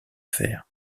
faire